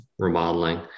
Remodeling